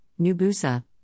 Nubusa